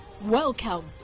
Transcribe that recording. Welcome